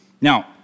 Now